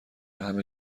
همه